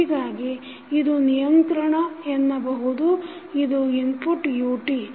ಹೀಗಾಗಿ ಇದು ನಿಯಂತ್ರಣ ಎನ್ನಬಹುದು ಇದು ಇನ್ಪುಟ್ ut